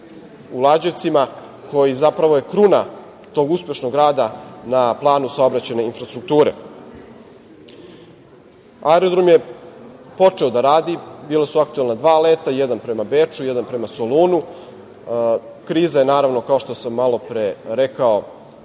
u Lađevcima koji je zapravo kruna tog uspešnog rada na planu saobraćajne infrastrukture. Aerodrom je počeo da radi, bila su aktuelna dva leta, jedan prema Beču, jedan prema Solunu. Kriza je naravno, kao što sam malo pre rekao,